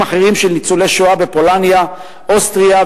אחרים של ניצולי שואה בפולניה ואוסטריה,